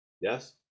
Yes